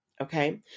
Okay